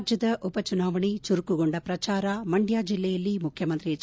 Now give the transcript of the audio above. ರಾಜ್ಯದ ಉಪಚುನಾವಣೆಗೆ ಚುರುಕುಗೊಂಡ ಪ್ರಚಾರ ಮಂಡ್ಯ ಜಿಲ್ಲೆಯಲ್ಲಿ ಮುಖ್ಯಮಂತ್ರಿ ಹೆಚ್